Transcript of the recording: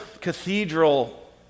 cathedral